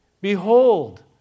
Behold